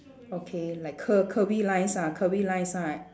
okay like cur~ curvy lines ah curvy lines ah